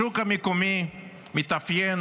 השוק המקומי מתאפיין